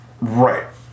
Right